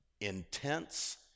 intense